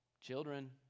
Children